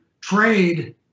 trade